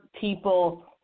people